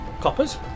coppers